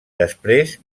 després